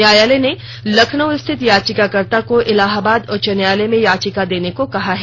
न्यायालय ने लखनऊ स्थित याचिकाकर्ता को इलाहाबाद उच्च न्यायालय में याचिका देने को कहा है